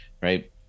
right